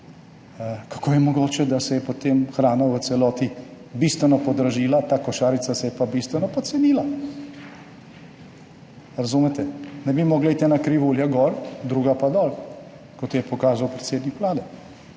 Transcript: kako je mogoče, da se je potem hrana v celoti bistveno podražila, ta košarica se je pa bistveno pocenila? Razumete, ne bi mogla iti ena krivulja gor, druga pa dol, kot je pokazal predsednik Vlade.